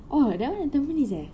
!wah! that one at tampines eh